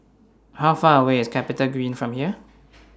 How Far away IS Capitagreen from here